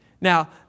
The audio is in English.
now